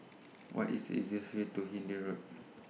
What IS The easiest Way to Hindhede Road